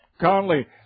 Conley